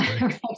Right